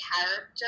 character